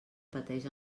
pateix